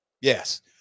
Yes